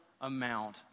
amount